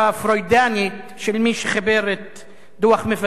של מי שחיבר את דוח מבקר המדינה וכתב: